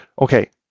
Okay